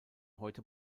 heute